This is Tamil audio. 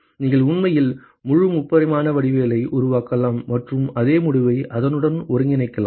நீங்கள் உண்மையில் முழு முப்பரிமாண வடிவவியலை உருவாக்கலாம் மற்றும் அதே முடிவை அதனுடன் ஒருங்கிணைக்கலாம்